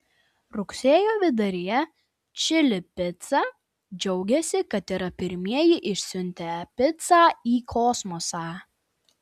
rugsėjo viduryje čili pica džiaugėsi kad yra pirmieji išsiuntę picą į kosmosą